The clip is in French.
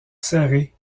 serré